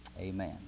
Amen